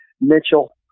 Mitchell